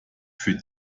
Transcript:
für